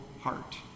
heart